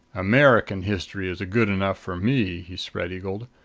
american history is good enough for me, he spread-eagled.